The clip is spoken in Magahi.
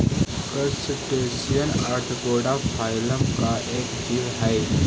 क्रस्टेशियन ऑर्थोपोडा फाइलम का एक जीव हई